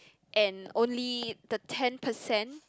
and only the ten percent